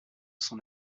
son